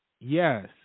Yes